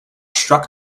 struck